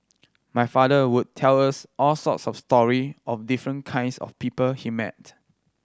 my father would tell us all sorts of story of the different kinds of people he met